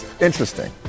interesting